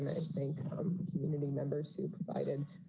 think community members who provided